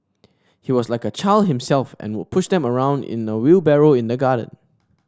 he was like a child himself and would push them around in a wheelbarrow in the garden